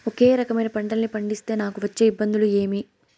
ఒకే రకమైన పంటలని పండిస్తే నాకు వచ్చే ఇబ్బందులు ఏమి?